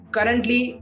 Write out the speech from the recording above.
Currently